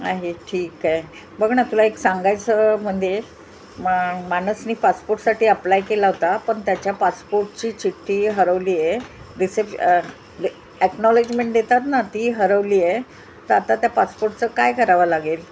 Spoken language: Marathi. आहे ठीके बघणं तुला एक सांगायचं म्हंजे माणसनी पासपोर्टसाठी अप्लाय केला होता पन त्याच्या पासपोर्टची चिट्टी हरवलीये रिसेप ॲक्नॉलेजमेंट देतात ना ती हरवलीये तर आता त्या पासपोर्टचं काय करावं लागेल